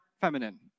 feminine